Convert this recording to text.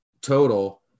total